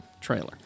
trailer